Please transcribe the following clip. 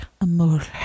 Amor